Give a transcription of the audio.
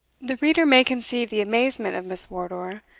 the reader may conceive the amazement of miss wardour,